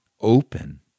open